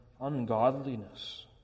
ungodliness